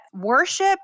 worship